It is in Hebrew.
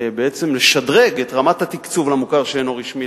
בעצם לשדרג את רמת התקצוב למוכר שאינו רשמי,